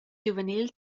giuvenils